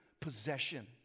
possession